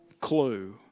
clue